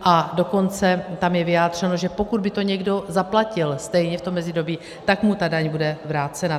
A dokonce tam je vyjádřeno, že pokud by to někdo zaplatil stejně v tom mezidobí, tak mu ta daň bude vrácena.